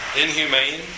inhumane